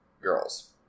girls